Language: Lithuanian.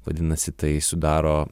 vadinasi tai sudaro